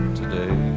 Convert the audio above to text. today